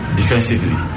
defensively